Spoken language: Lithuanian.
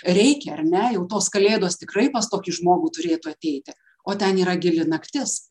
reikia ar ne jau tos kalėdos tikrai pas tokį žmogų turėtų ateiti o ten yra gili naktis